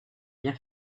bien